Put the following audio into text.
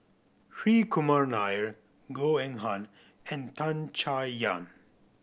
Hri Kumar Nair Goh Eng Han and Tan Chay Yan